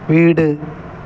வீடு